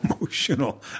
emotional